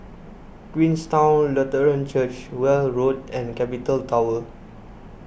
Queenstown Lutheran Church Weld Road and Capital Tower